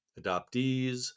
adoptees